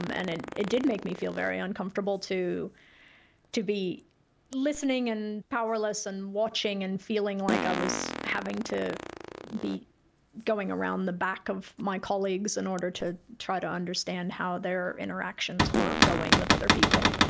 um and it it did make me feel very uncomfortable to to be listening and powerless and watching and feeling like i was having to be going around the back of my colleagues in order to try to understand how their interactions were going with other people.